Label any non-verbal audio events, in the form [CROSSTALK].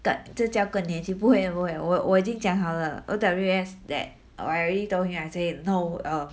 but 最加更年轻不会不会我我已经讲好了 ows that I already told him I say no err [BREATH] can